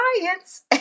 science